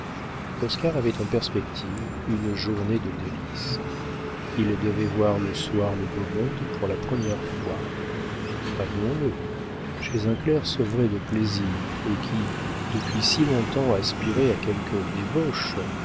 oscar avait en perspective une journée de délices il devait voir le soir le beau monde pour la première fois avouons-le chez un clerc sevré de plaisirs et qui depuis si longtemps aspirait à quelque débauche